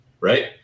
right